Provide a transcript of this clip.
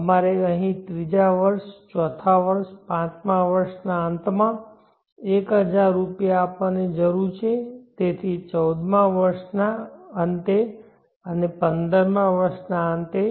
અમારે અહીં ત્રીજા વર્ષ ચોથા વર્ષ પાંચમા વર્ષના અંતમાં 1000 રૂપિયા આપવાની જરૂર છે તેથી ચૌદમા વર્ષના અંતે અને પંદરમા વર્ષના અંતે